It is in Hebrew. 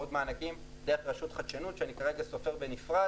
ועוד מענקים דרך רשות החדשנות שאני כרגע סופר בנפרד